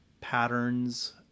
patterns